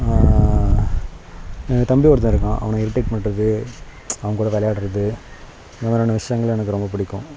என் தம்பி ஒருத்தன் இருக்கான் அவனை இரிட்டேட் பண்ணுறது அவன் கூட விளையாட்றது இந்த மாதிரியான விஷயங்களை எனக்கு ரொம்பப் பிடிக்கும்